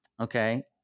Okay